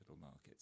markets